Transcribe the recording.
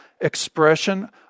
expression